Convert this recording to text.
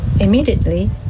immediately